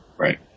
Right